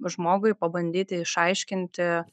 žmogui pabandyti išaiškinti